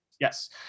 yes